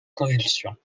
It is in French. convulsions